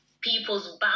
people's